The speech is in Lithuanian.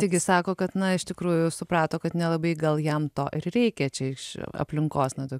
taigi sako kad na iš tikrųjų suprato kad nelabai gal jam to ir reikia čia iš aplinkos nuo to